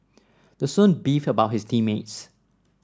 the student beefed about his team mates